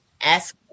Ask